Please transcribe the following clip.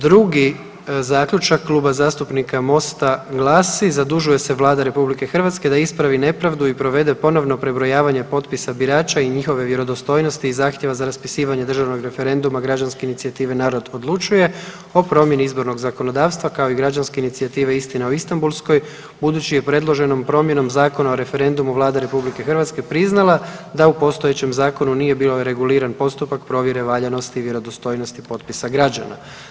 Drugi zaključak Kluba zastupnika MOST-a glasi, zadužuje se Vlada RH da ispravi nepravdu i provede ponovno prebrojavanje potpisa birača i njihove vjerodostojnosti i zahtjeva za raspisivanje državnog referenduma građanske inicijative „Narod odlučuje“ o promjeni izbornog zakonodavstva, kao i građanske inicijative „Istina o Istambulskoj“ budući je predloženom promjenom Zakona o referendumu Vlada RH priznala da u postojećem zakonu nije bio reguliran postupak provjere valjanosti i vjerodostojnosti potpisa građana.